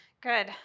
Good